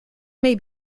may